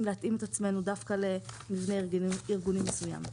להתאים את עצמנו דווקא למבנה ארגוני מסוים.